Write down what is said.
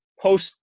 post